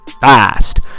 fast